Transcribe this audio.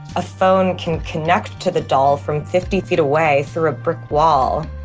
a phone can connect to the doll from fifty feet away through a brick wall.